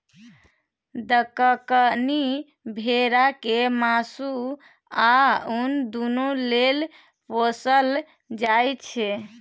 दक्कनी भेरा केँ मासु आ उन दुनु लेल पोसल जाइ छै